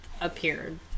appeared